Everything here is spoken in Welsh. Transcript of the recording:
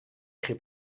chi